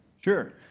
Sure